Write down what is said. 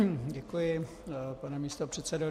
Děkuji, pane místopředsedo.